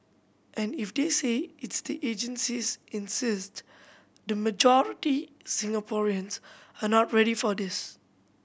and if they say its the agencies insist the majority Singaporeans are not ready for this